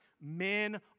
men